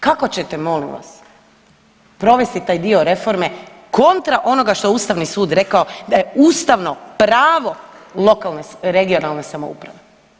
Kako ćete molim vas provesti taj dio reforme kontra onoga što je Ustavni sud rekao da je ustavno pravo lokalne, regionalne samouprave?